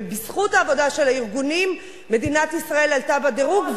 ובזכות העבודה של הארגונים מדינת ישראל עלתה בדירוג,